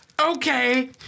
Okay